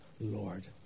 Lord